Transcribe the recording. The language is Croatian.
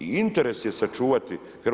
I interes je sačuvati.